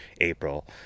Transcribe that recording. April